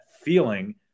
feeling